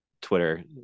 Twitter